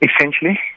Essentially